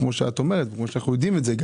כמו שאת אומרת וכמו שאנחנו גם יודעים,